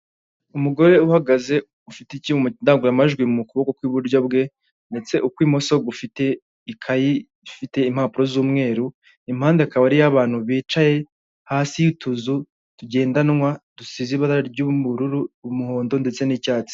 Umugore uhagaze ufite icyuma ndangururamajwi mu kuboko kw'iburyo bwe, ndetse ukw'imoso gufite ikayi ifite impapuro z'umweru, impande hakabariyo abantu bicaye hasi y'utuzu tugendanwa dusize ibara ry'ubururu, umuhondo ndetse n'icyatsi